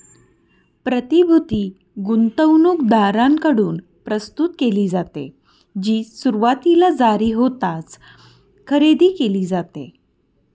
प्रतिभूती गुंतवणूकदारांकडून प्रस्तुत केली जाते, जी सुरुवातीला जारी होताच खरेदी केली जाते